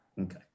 okay